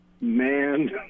man